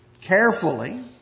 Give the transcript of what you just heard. carefully